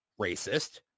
racist